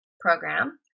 program